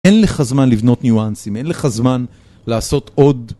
אין לך זמן לבנות ניואנסים, אין לך זמן לעשות עוד.